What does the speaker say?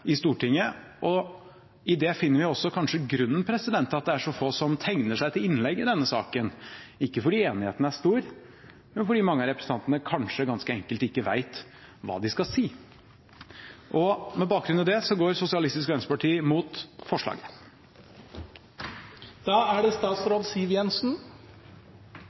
i Stortinget, og i det finner vi kanskje også grunnen til at det er så få som tegner seg til innlegg i denne saken, ikke fordi enigheten er stor, men fordi mange av representantene kanskje ganske enkelt ikke vet hva de skal si. På bakgrunn av dette går Sosialistisk Venstreparti mot forslaget. Det er fristende å åpne med å si at det